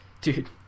dude